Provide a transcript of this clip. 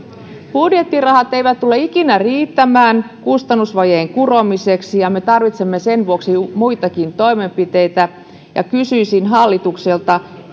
budjettirahat eivät tule ikinä riittämään kustannusvajeen kuromiseksi ja me tarvitsemme sen vuoksi muitakin toimenpiteitä kysyisin hallitukselta